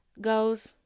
goes